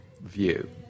view